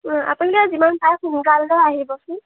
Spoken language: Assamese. আপোনালোকে যিমান পাৰে সোনকালতে আহিবচোন